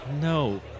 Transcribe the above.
No